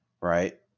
right